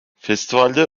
festivalde